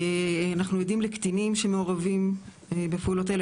אנחנו עדים לקטינים שמעורבים בפעולות האלה,